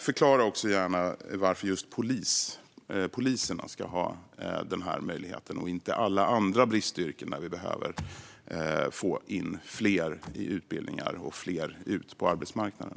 Förklara också gärna varför just poliserna ska ha den här möjligheten och inte alla andra bristyrken där vi behöver få in fler i utbildningar och få ut fler på arbetsmarknaden.